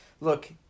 look